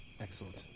Excellent